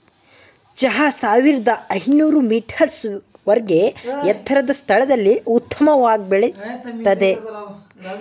ಚಹಾ ಸಾವಿರ್ದ ಐನೂರ್ ಮೀಟರ್ಸ್ ವರ್ಗೆ ಎತ್ತರದ್ ಸ್ಥಳದಲ್ಲಿ ಉತ್ತಮವಾಗ್ ಬೆಳಿತದೆ